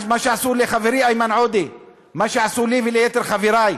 מה שעשו לחברי איימן עודה, מה שעשו לי וליתר חברי,